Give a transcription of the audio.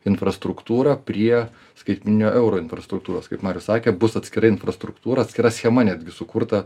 infrastruktūrą prie skaitmeninio euro infrastruktūros kaip marius sakė bus atskira infrastruktūra atskira schema netgi sukurta